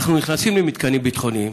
אנחנו נכנסים למתקנים ביטחוניים.